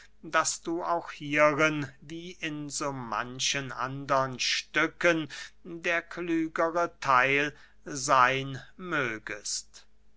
daß du auch hierin wie in so manchen andern stücken der klügere theil seyn mögest